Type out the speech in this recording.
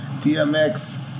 DMX